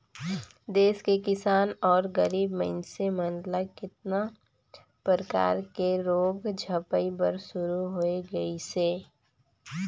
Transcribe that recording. देस के किसान अउ गरीब मइनसे मन ल केतना परकर के रोग झपाए बर शुरू होय गइसे